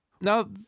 Now